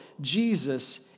Jesus